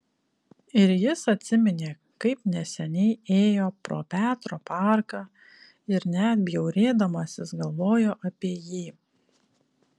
ir jis atsiminė kaip neseniai ėjo pro petro parką ir net bjaurėdamasis galvojo apie jį